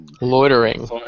loitering